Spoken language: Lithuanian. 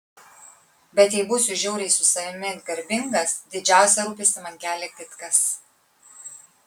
bet jei būsiu žiauriai su savimi garbingas didžiausią rūpestį man kelia kitkas